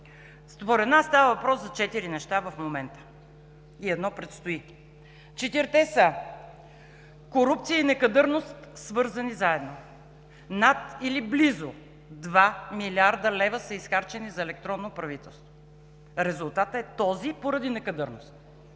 в момента става въпрос за четири неща и едно предстои. Четирите са: корупция и некадърност, свързани заедно – над или близо два милиарда лева са изхарчени за електронно правителство. Резултатът е този поради некадърност